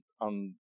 on